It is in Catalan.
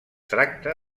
tracta